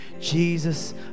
Jesus